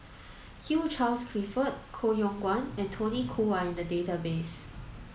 Hugh Charles Clifford Koh Yong Guan and Tony Khoo are in the database